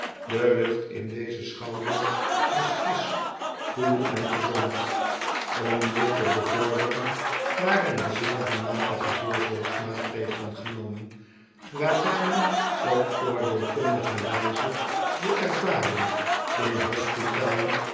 de lucht in dezen schouwburg was frisch koel en gezond om dit te bevorderen waren er zeer doelmatige voorzorgsmaatregelen genomen waarbij men op oordeelkundige wijze de ervaring in